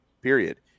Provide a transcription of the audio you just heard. Period